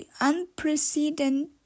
unprecedented